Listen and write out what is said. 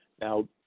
Now